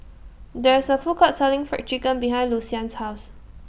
There IS A Food Court Selling Fried Chicken behind Lucien's House